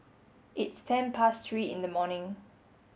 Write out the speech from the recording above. its ten past three in the morning